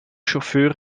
chauffeur